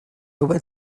went